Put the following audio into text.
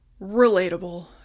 Relatable